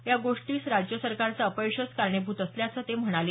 या गोष्टीस राज्य सरकारचे अपयशच कारणीभूत असल्याचं ते म्हणाले